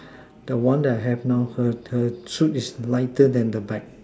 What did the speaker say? the one that I have not heard heard the suit is lighter than the bag